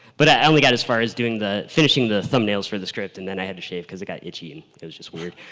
but i only got as far as doing the finishing the thumbnails for the script and then i had to shave because it got itchy and because it was just weird.